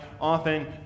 often